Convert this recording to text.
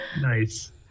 Nice